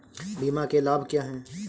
बीमा के लाभ क्या हैं?